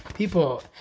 People